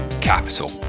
capital